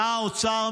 שר האוצר,